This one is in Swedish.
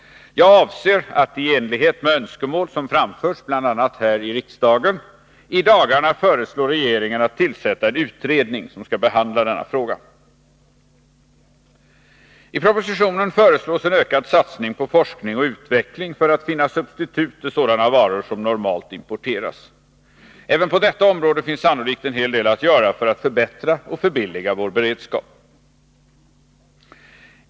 Jag avser att—i enlighet med önskemål som framförts, bl.a. här i riksdagen —i dagarna föreslå regeringen att tillsätta en utredning som skall behandla denna fråga. I propositionen föreslås en ökad satsning på forskning och utveckling för att finna substitut till sådana varor som normalt importeras. Även på detta område finns sannolikt en hel del att göra för att förbättra och förbilliga vår beredskap.